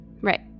Right